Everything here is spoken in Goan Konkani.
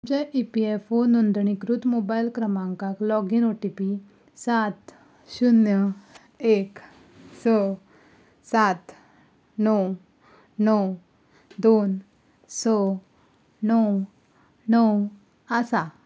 तुमचे ई पी एफ ओ नोंदणीकृत मोबायल क्रमांकाक लॉगीन ओ टी पी सात शुन्य एक स सात णव णव दोन स णव णव आसा